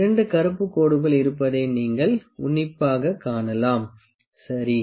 2 கருப்பு கோடுகள் இருப்பதை நீங்கள் உன்னிப்பாகக் காணலாம் சரி